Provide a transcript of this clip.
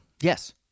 Yes